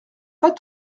pas